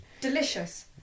Delicious